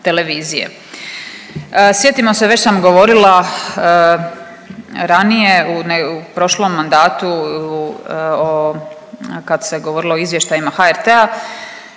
Sjetimo se već sam govorila ranije u prošlom mandatu kad se govorilo o izvještajima HRT-a